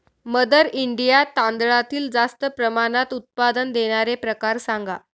mother India तांदळातील जास्त प्रमाणात उत्पादन देणारे प्रकार सांगा